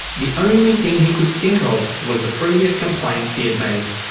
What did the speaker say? the only thing he could think of was the previous complaints he had made.